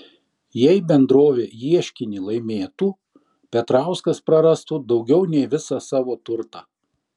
jei bendrovė ieškinį laimėtų petrauskas prarastų daugiau nei visą savo turtą